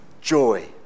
joy